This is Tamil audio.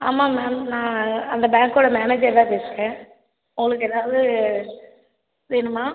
ஆமாம் மேம் நான் அந்த பேங்க்கோடய மேனேஜர்தான் பேசுகிறேன் உங்களுக்கு ஏதாவது வேணுமா